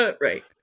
right